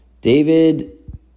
david